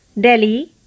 Delhi